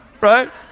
right